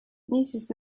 niisiis